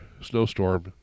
snowstorm